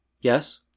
Yes